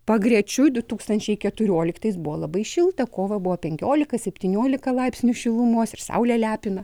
pagrečiui du tūkstančiai keturioliktais buvo labai šilta kovą buvo penkiolika septyniolika laipsnių šilumos ir saulė lepina